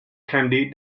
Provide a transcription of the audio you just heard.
candy